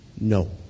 No